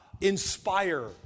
inspire